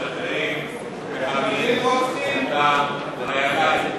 משחררים מחבלים עם דם על הידיים,